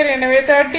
எனவே 34